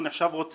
הוא נחשב רוצח.